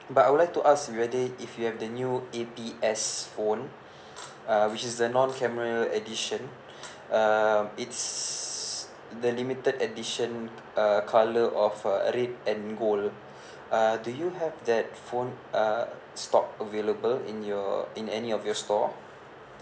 but I would like to ask were there if you have the new A_P_X phone uh which is a non camera addition uh is the limited edition uh colour of uh red and gold uh do you have that phone uh stock available in your in any of your store